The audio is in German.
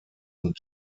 und